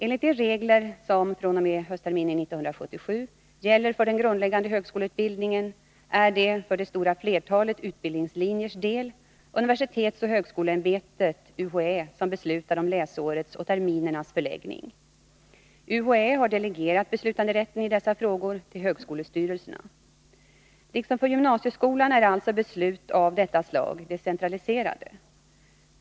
Enligt de regler som fr.o.m. höstterminen 1977 gäller för den grundläggande högskoleutbildningen är det — för det stora flertalet utbildingslinjers del—universitetsoch högskoleämbetet som beslutar om läsårets och terminernas förläggning. UHÄ har delegerat beslutanderätten i dessa frågor till högskolestyrelserna. Liksom för gymnasieskolan är alltså beslut av detta slag decentraliserade.